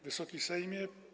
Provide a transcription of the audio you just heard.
Wysoki Sejmie!